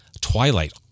twilight